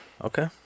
Okay